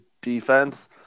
defense